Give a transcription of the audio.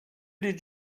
did